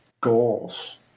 goals